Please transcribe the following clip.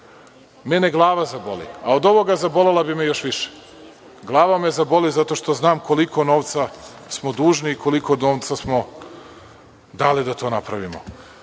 mene glava zaboli, a od ovoga zabolela bi me još više. Glava me zaboli zato što znam koliko novca smo dužni, koliko novca smo dali da to napravimo.